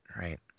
right